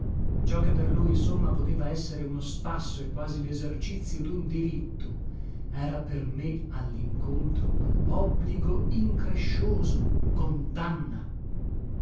ciò che per lui insomma poteva essere uno spasso e quasi lesercizio dun diritto era per me allincontro obbligo increscioso condanna